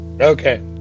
okay